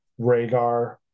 Rhaegar